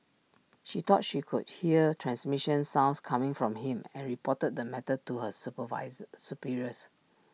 she thought she could hear transmission sounds coming from him and reported the matter to her superiors